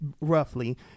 roughly